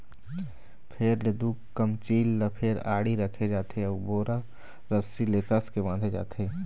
फेर ले दू कमचील ल फेर आड़ी रखे जाथे अउ बोरा रस्सी ले कसके बांधे जाथे